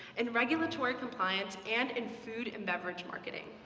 and regulatory compliance, and in food and beverage marketing.